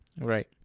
Right